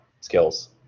skills